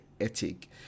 ethic